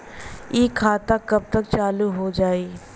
इ खाता कब तक चालू हो जाई?